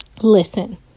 Listen